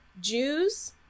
Jews